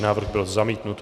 Návrh byl zamítnut.